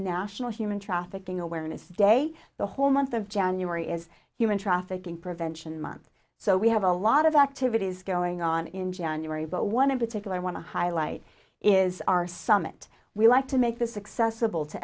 national human trafficking awareness day the whole month of january is human trafficking prevention month so we have a lot of activities going on in january but one in particular i want to highlight is our summit we like to make this excessi